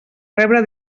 rebre